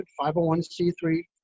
501c3